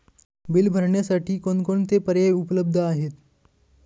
Bill भरण्यासाठी कोणकोणते पर्याय उपलब्ध आहेत?